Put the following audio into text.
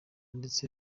ndetse